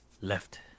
left